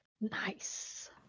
Nice